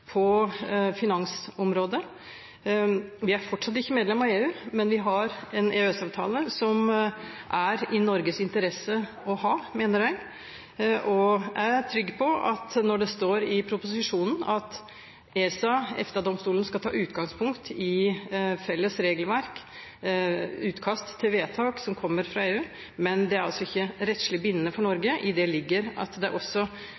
på finansområdet. Vi er fortsatt ikke medlem av EU, men vi har en EØS-avtale som det er i Norges interesse å ha, mener jeg. Jeg er trygg på at når det står i proposisjonen at ESA og EFTA-domstolen skal ta utgangspunkt i felles regelverk, utkast til vedtak som kommer fra EU, men at det ikke er rettslig bindende for Norge, ligger det i det at det også